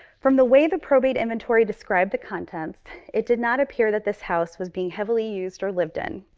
from the way the probate inventory described the contents, it did not appear that this house was being heavily used or lived in.